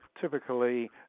typically